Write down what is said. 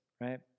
right